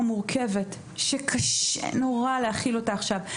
מורכבת שקשה נורא להכיל אותה עכשיו.